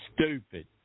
stupid